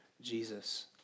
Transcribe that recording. Jesus